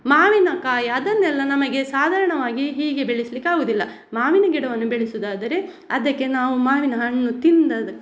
ಮಾವಿನಕಾಯಿ ಅದನ್ನೆಲ್ಲ ನಮಗೆ ಸಾಧಾರಣವಾಗಿ ಹೀಗೆ ಬೆಳೆಸಲಿಕ್ಕಾಗುದಿಲ್ಲ ಮಾವಿನ ಗಿಡವನ್ನು ಬೆಳೆಸೋದಾದರೆ ಅದಕ್ಕೆ ನಾವು ಮಾವಿನಹಣ್ಣು ತಿಂದ